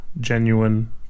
genuine